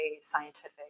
scientific